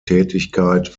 tätigkeit